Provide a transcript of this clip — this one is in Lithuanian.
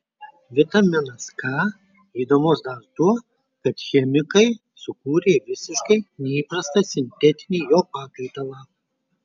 vitaminas k įdomus dar tuo kad chemikai sukūrė visiškai neįprastą sintetinį jo pakaitalą